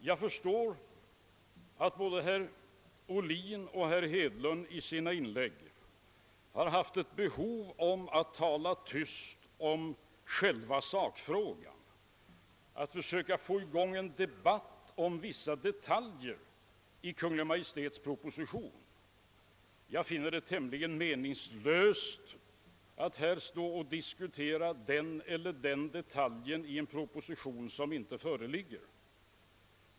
Jag förstår att herrar Ohlin och Hedlund i sina inlägg har känt behov av att tala tyst i själva sakfrågan och att i stället försöka få igång en debatt om vissa detaljer i Kungl. Maj:ts proposition. Jag finner det tämligen meningslöst att här stå och diskutera den eller den detaljen i en proposition som inte föreligger.